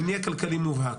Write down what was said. מניע כלכלי מובהק,